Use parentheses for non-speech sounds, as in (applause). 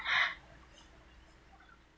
(breath)